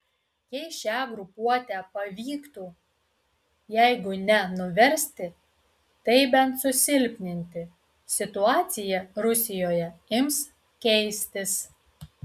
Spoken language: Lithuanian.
jei šią grupuotę pavyktų jeigu ne nuversti tai bent susilpninti situacija rusijoje ims keistis